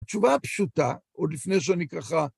התשובה הפשוטה, עוד לפני שאני ככה...